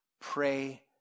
pray